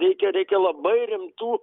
reikia reikia labai rimtų